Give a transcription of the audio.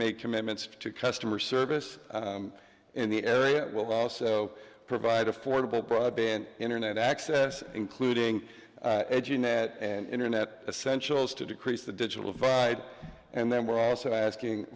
make commitments to customer service in the area it will also provide affordable broadband internet access including edge and net and internet essential is to decrease the digital divide and then we're also asking